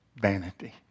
vanity